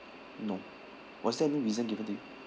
no was there any reasons given to you